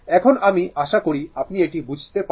এখন আমি আশা করি আপনি এটি বুঝতে পেরেছেন